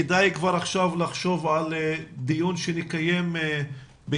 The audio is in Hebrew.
יכול להיות שכבר עכשיו כדאי לחשוב על דיון שנקיים בינואר,